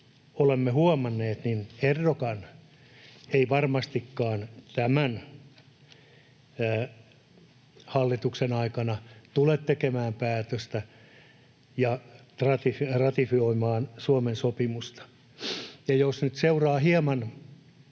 olemme huomanneet, Erdoğan ei varmastikaan tämän hallituksen aikana tule tekemään päätöstä ja ratifioimaan Suomen sopimusta. Ja jos nyt seuraa hieman